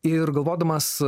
ir galvodamas